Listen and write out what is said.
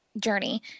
journey